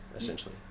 essentially